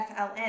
FLN